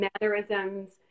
mannerisms